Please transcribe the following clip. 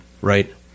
Right